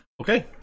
Okay